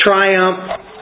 triumph